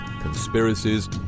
conspiracies